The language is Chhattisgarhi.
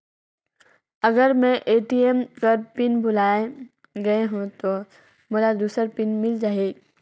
अगर मैं ए.टी.एम कर पिन भुलाये गये हो ता मोला दूसर पिन मिल जाही?